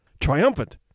triumphant